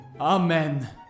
Amen